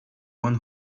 one